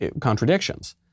contradictions